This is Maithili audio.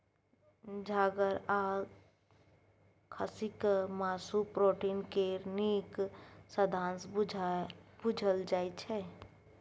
छागर आ खस्सीक मासु प्रोटीन केर नीक साधंश बुझल जाइ छै